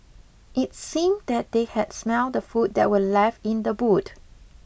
it seemed that they had smelt the food that were left in the boot